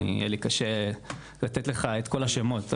יהיה לי קשה לתת לך את כל החברות.